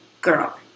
girl